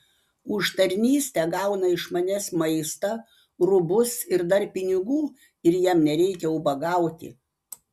už tarnystę gauna iš manęs maistą rūbus ir dar pinigų ir jam nereikia ubagauti